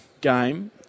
game